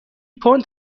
پوند